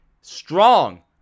strong